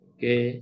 Okay